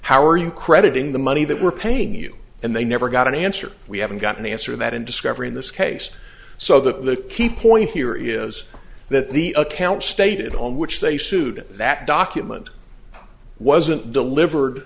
how are you crediting the money that we're paying you and they never got an answer we haven't gotten the answer that in discovery in this case so the key point here is that the account stated on which they sued that document wasn't delivered